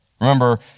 Remember